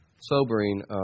sobering